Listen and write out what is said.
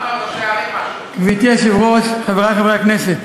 1. גברתי היושבת-ראש, חברי חברי הכנסת,